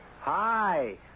Hi